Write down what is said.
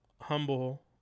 humble